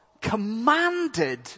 commanded